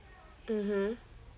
mmhmm